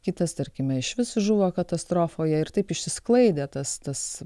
kitas tarkime iš viso žuvo katastrofoje ir taip išsisklaidė tas tas